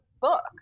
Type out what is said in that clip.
book